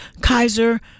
Kaiser